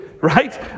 right